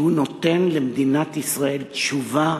כי הוא נותן למדינת ישראל תשובה